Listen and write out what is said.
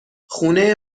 خونه